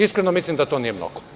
Iskreno, mislim da to nije mnogo.